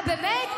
אה, באמת?